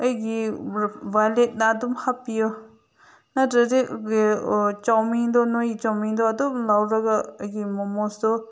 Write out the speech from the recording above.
ꯑꯩꯒꯤ ꯋꯥꯜꯂꯦꯠꯇ ꯑꯗꯨꯝ ꯍꯥꯞꯄꯤꯌꯣ ꯅꯠꯇ꯭ꯔꯗꯤ ꯆꯧꯃꯤꯟꯗꯣ ꯅꯣꯏ ꯆꯧꯃꯤꯟꯗꯣ ꯑꯗꯨꯝ ꯂꯧꯔꯒ ꯑꯩꯒꯤ ꯃꯣꯃꯣꯁꯨ